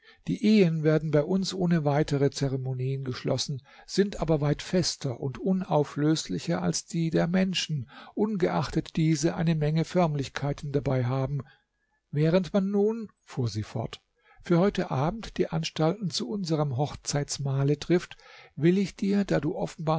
die ehen werden bei uns ohne weitere zeremonien geschlossen sind aber weit fester und unauflöslicher als die der menschen ungeachtet diese eine menge förmlichkeiten dabei haben während man nun fuhr sie fort für heute abend die anstalten zu unserm hochzeitsmahle trifft will ich dir da du